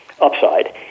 upside